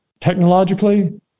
technologically